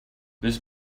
this